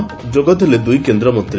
ଯୋଗଦେଲେ ଦୁଇ କେନ୍ଦ୍ରମନ୍ତ୍ରୀ